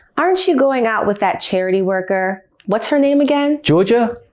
aren't you going out with that charity worker. what's her name again? georgia?